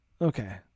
Okay